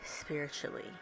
spiritually